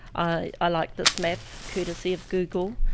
i like this map, courtesy of google,